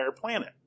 planet